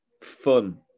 fun